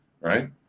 right